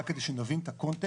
רק כדי שנבין את הקונטקסט,